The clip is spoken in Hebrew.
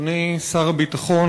אדוני שר הביטחון,